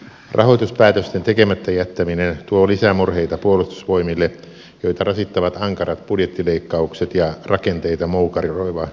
rahoituspäätösten tekemättä jättäminen tuo lisää murheita puolustusvoimille joita rasittavat ankarat budjettileikkaukset ja rakenteita moukaroiva puolustusvoimauudistus